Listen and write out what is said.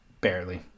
Barely